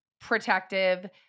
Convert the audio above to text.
protective